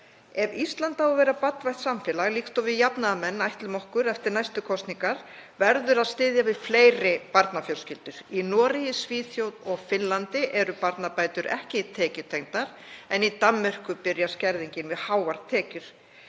Ef Ísland á að vera barnvænt samfélag, líkt og við jafnaðarmenn ætlum okkur eftir næstu kosningar, verður að styðja við fleiri barnafjölskyldur. Í Noregi, Svíþjóð og Finnlandi eru barnabætur ekki tekjutengdar, en í Danmörku byrjar skerðingin við háar tekjur.